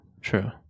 true